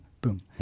boom